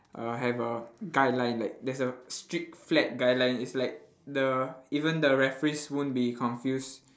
uh have a guideline like there's a strict flat guideline is like the even the referees won't be confused